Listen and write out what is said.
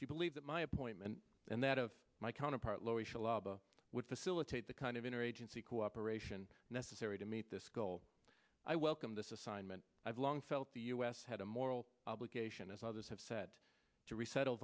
do you believe that my appointment and that of my counterpart lower echelon would facilitate the kind of inner agency cooperation necessary to meet this goal i welcome this assignment i've long felt the u s had a moral obligation as others have said to resettle